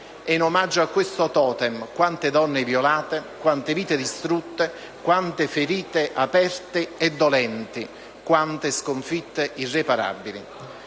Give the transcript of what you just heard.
E in omaggio a questo *totem*, quante donne violate, quante vite distrutte, quante ferite aperte e dolenti, quante sconfitte irreparabili.